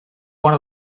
one